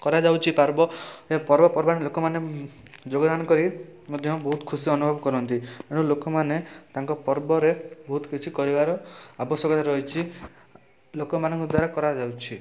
କରାଯାଉଛି ପାର୍ବ ଏ ପର୍ବପର୍ବାଣି ଲୋକମାନେ ଉଁ ଯୋଗଦାନକରି ମଧ୍ୟ ବହୁତ ଖୁସି ଅନୁଭବ କରନ୍ତି ଏଣୁ ଲୋକମାନେ ତାଙ୍କ ପର୍ବରେ ବହୁତ କିଛି କରିବାର ଆବଶ୍ୟକତା ରହିଛି ଲୋକମାନଙ୍କ ଦ୍ୱାରା କରାଯାଉଛି